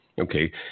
okay